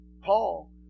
Paul